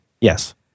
Yes